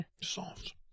Soft